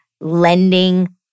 lending